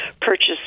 purchasing